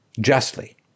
justly